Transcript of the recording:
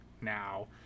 now